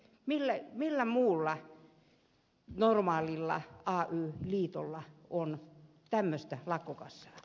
millä muulla normaalilla ay liitolla on tämmöistä lakkokassaa